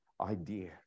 idea